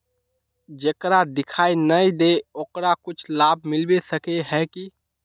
जेकरा दिखाय नय दे है ओकरा कुछ लाभ मिलबे सके है की?